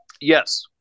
yes